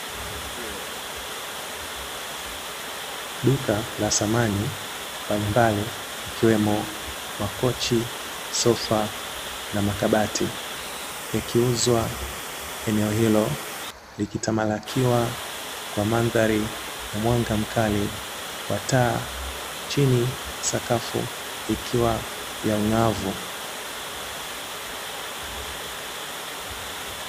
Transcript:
Duka la samani mbalimbali ikiwemo makochi, sofa na makabati yakiuzwa eneo hilo likitamalakiwa kwa mandhari ya mwanga mkali wataa chini sakafu ikiwa ya ungavu.